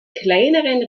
kleineren